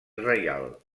reial